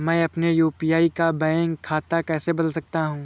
मैं अपने यू.पी.आई का बैंक खाता कैसे बदल सकता हूँ?